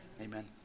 Amen